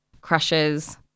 Crushes